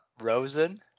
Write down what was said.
Rosen